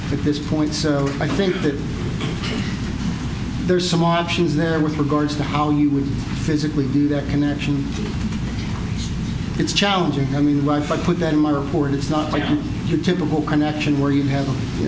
at this point so i think that there's some options there with regards to how you would physically do that connection it's challenging i mean once i put that in my report it's not like your typical connection where you have